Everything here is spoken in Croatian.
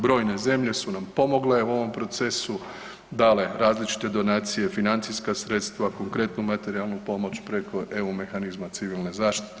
Brojne zemlje su nam pomogle u ovom procesu, dale različite donacije, financijska sredstva, konkretnu materijalnu pomoć preko EU mehanizma civilne zaštite.